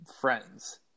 friends